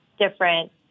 different